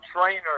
trainer